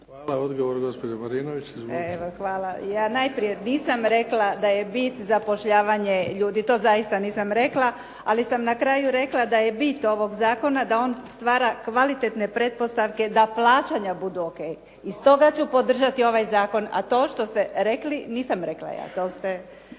Hvala. Odgovor gospođa Marinović.